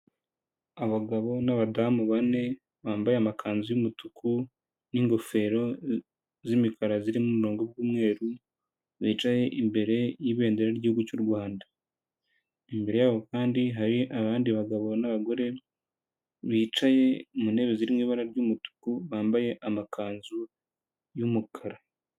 Abagabo nabadamu bane bambaye amakanzu yumutuku ningofero zimikara zirimo uturongo mweru bicaye imbere y'ibenderagihugu cy'u Rwanda imbere yabo kandi hari abandi bagabo nabagore bicaye mu ntebe zirimo ibara ry'umutuku bambaye amakanzu y'umukara.